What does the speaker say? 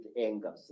anger